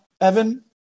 Evan